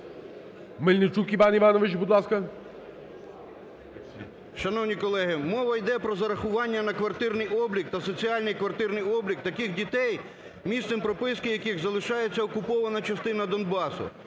Мельничук Іван Іванович, будь ласка. 10:24:43 МЕЛЬНИЧУК І.І. Шановні колеги, мова йде про зарахування на квартирний облік та соціальний квартирний облік таких дітей, місцем прописки яких залишається окупована частина Донбасу.